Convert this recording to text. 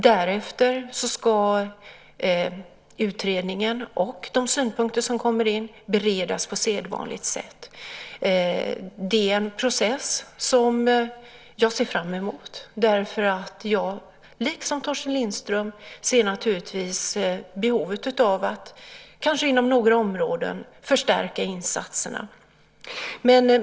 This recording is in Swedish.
Därefter ska utredningen och de synpunkter som kommer in beredas på sedvanligt sätt. Det är en process som jag ser fram emot. Jag liksom Torsten Lindström ser naturligtvis behovet av att kanske inom några områden förstärka insatserna.